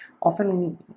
often